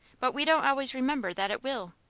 but we don't always remember that it will!